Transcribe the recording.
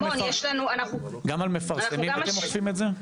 גם על מפרסמים אתם עוקפים את זה?